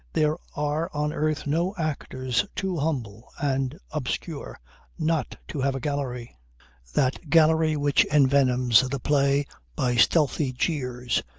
there are on earth no actors too humble and obscure not to have a gallery that gallery which envenoms the play by stealthy jeers,